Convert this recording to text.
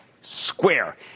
Square